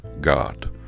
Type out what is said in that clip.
God